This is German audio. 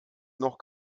noch